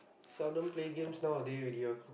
seldom play games nowadays already lor